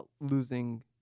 losing